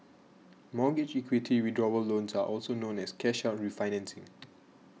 mortgage equity withdrawal loans are also known as cash out refinancing